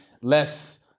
less